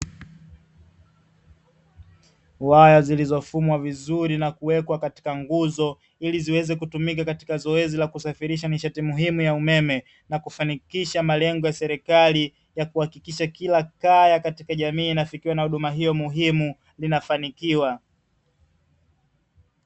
Waya zilizofumwa vizuri na kuwekwa katika nguzo ili ziweze kutumika katika zoezi la kusafirisha nishati muhimu ya umeme. Na kufanikisha malengo ya serikali ya kuhakikisha kila kaya katika jamii inafikiwa na huduma hiyo muhimu inafanikiwa.